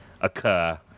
occur